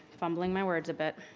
fumbling my words a bit,